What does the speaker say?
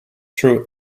through